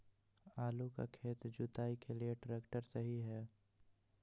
आलू का खेत जुताई के लिए ट्रैक्टर सही है?